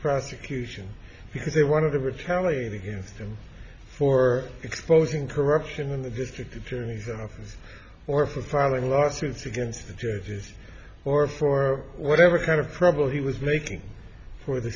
prosecution because they wanted to retaliate against him for exposing corruption in the district attorney's office for filing lawsuits against the judges or for whatever kind of trouble he was making for the